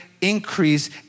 increase